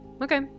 Okay